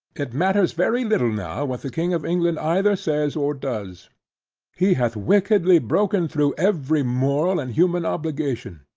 it matters very little now, what the king of england either says or does he hath wickedly broken through every moral and human obligation,